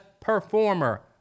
performer